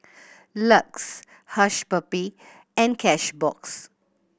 LUX Hush Puppy and Cashbox